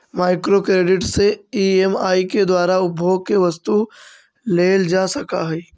micro credit से EMI के द्वारा उपभोग के वस्तु लेल जा सकऽ हई